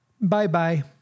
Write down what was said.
Bye-bye